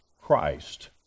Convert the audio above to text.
Christ